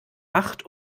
macht